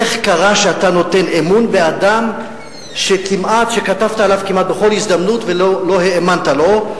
איך קרה שאתה נותן אמון באדם שכתבת עליו כמעט בכל הזדמנות ולא האמנת לו?